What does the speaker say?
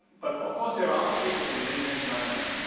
but of course there are other people in mainland china,